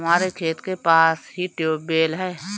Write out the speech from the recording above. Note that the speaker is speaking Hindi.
हमारे खेत के पास ही ट्यूबवेल है